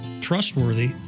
trustworthy